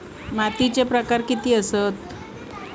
मातीचे प्रकार किती आसत?